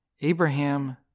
Abraham